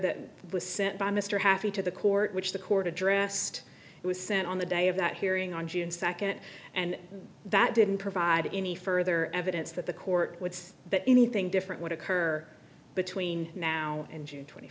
that was sent by mr happy to the court which the court addressed it was sent on the day of that hearing on june second and that didn't provide any further evidence that the court would see that anything different would occur between now and june twenty